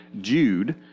Jude